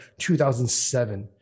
2007